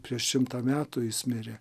prieš šimtą metų jis mirė